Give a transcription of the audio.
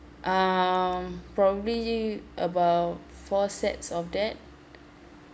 um probably about four sets of that